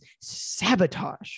sabotage